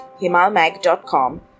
himalmag.com